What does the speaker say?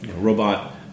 robot